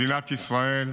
מדינת ישראל,